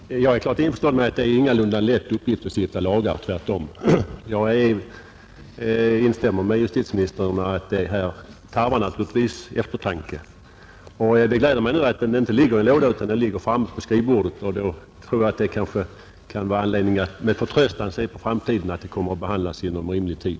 Herr talman! Jag är helt införstådd med att det ingalunda är en lätt uppgift att stifta lagar, tvärtom, och jag instämmer med justitieministern i att det naturligtvis tarvar eftertanke. Det gläder mig dock att ärendet inte ligger i en låda utan finns framme på skrivbordet. Därför kan jag kanske ha anledning att med förtröstan se på framtiden och tro att frågan kommer att behandlas inom rimlig tid.